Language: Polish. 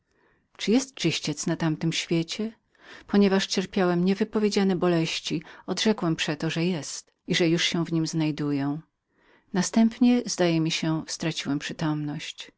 czy jest czyściec na tamtym świecie ponieważ cierpiałem niewypowiedziane boleści odrzekłem przeto że jest i że już się w nim znajduję następnie zdaje mi się że straciłem przytomność